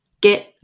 Get